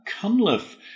Cunliffe